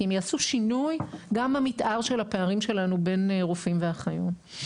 כי הן יעשו שינוי גם במתאר של הפערים שלנו בין רופאים ואחיות.